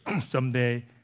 someday